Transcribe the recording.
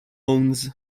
owns